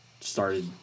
started